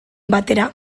batera